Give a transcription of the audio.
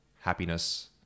happiness